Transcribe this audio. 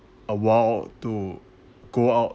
a while to go out